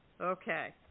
Okay